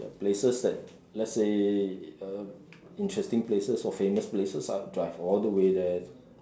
there are places that let's say uh interesting places or famous places I would drive all the way there